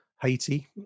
Haiti